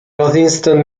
northeastern